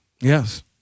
Yes